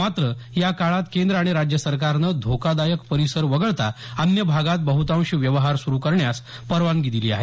मात्र या काळात केंद्र आणि राज्य सरकारनं धोकादायक परीसर वगळता अन्य भागात बहुतांशी व्यवहार सुरू करण्यास परवानगी दिली आहे